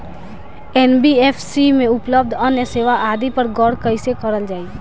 NBFC में उपलब्ध अन्य सेवा आदि पर गौर कइसे करल जाइ?